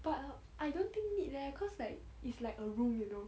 but I don't think need leh cause like it's like a room you know